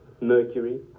mercury